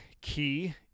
key